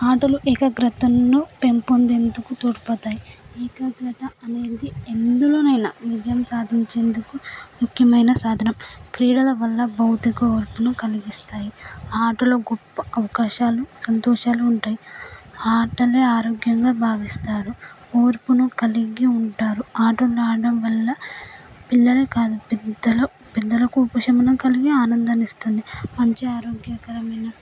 ఆటలు ఏకాగ్రతను పెంపొందేందుకు తోడ్పడుతాయి ఏకాగ్రత అనేది ఎందులోనైనా విజయాన్ని సాధించేందుకు ముఖ్యమైన సాధన క్రీడల వల్ల భౌతిక ఓర్పును కలిగిస్తాయి ఆటలో గొప్ప అవకాశాలు సంతోషాలు ఉంటాయి ఆటలే ఆరోగ్యంగా భావిస్తారు ఓర్పును కలిగి ఉంటారు ఆటలు ఆడటం వల్ల పిల్లలు కాదు పెద్దలు పెద్దలకు ఉపశమనం కలిగే ఆనందాన్నిస్తుంది మంచి ఆరోగ్యకరమైన